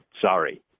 sorry